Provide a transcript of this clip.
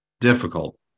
difficult